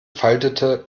faltete